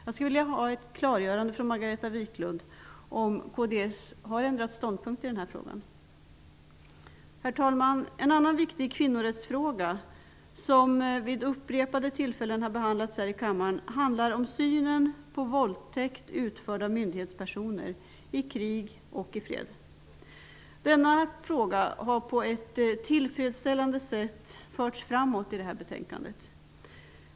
Jag skulle vilja ha ett klargörande från Margareta Viklund. Har kds ändrat ståndpunkt i denna fråga? Herr talman! Det finns en annan viktig kvinnorättsfråga som har behandlats här i kammaren vid upprepade tillfällen. Den handlar om synen på våldtäkter som utförs av myndighetspersoner i krig och i fred. Denna fråga har på ett tillfredsställande sätt förts framåt i detta betänkande.